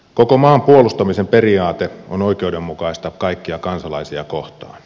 koko maan puolustamisen periaate on oikeudenmukaista kaikkia kansalaisia kohtaan